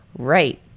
right.